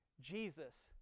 Jesus